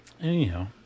Anyhow